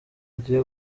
agiye